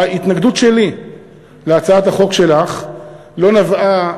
ההתנגדות שלי להצעת החוק שלך לא נבעה,